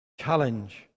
Challenge